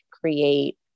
create